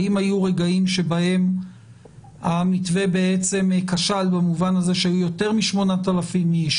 האם היו רגעים שבהם המתווה בעצם כשל במובן הזה שהיו יותר מ-8,000 איש,